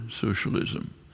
socialism